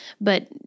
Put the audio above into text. But-